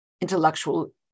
intellectual